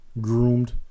groomed